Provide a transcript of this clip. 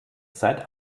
seit